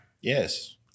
Yes